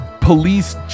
police